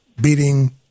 beating